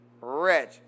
rich